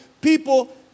people